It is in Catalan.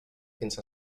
fins